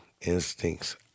instincts